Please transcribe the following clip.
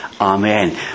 Amen